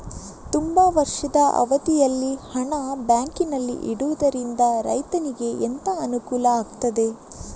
ತುಂಬಾ ವರ್ಷದ ಅವಧಿಯಲ್ಲಿ ಹಣ ಬ್ಯಾಂಕಿನಲ್ಲಿ ಇಡುವುದರಿಂದ ರೈತನಿಗೆ ಎಂತ ಅನುಕೂಲ ಆಗ್ತದೆ?